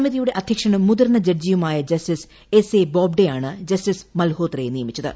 സമിതിയുടെ അധ്യക്ഷനും മുതിർന്ന ജഡ്ജിയുമായ ജസ്റ്റിസ് എസ് എ ബോബ്ഡെയാണ് ജസ്റ്റിസ് മൽഹോത്രയെ നിയമിച്ചത്